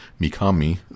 Mikami